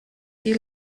die